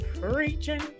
Preaching